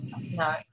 No